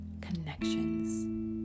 connections